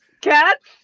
Cats